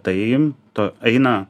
tai to eina